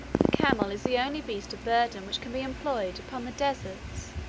the camel is the only beast of burden which can be employed upon the deserts.